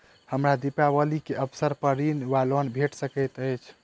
हमरा दिपावली केँ अवसर पर ऋण वा लोन भेट सकैत अछि?